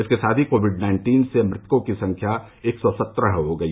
इसके साथ ही कोविड नाइन्टीन से मृतकों की संख्या एक सौ सत्रह हो गई